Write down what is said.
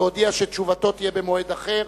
והודיע שתשובתו תהיה במועד אחר.